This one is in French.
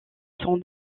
son